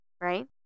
right